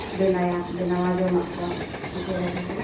ᱵᱮᱱᱟᱭᱟ ᱵᱮᱱᱟᱣᱟ ᱡᱚᱢᱟᱜ ᱠᱚ ᱯᱤᱴᱷᱟᱹ ᱞᱟᱴᱷᱟ ᱠᱚ